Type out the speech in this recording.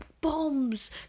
bombs